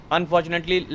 Unfortunately